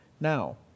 now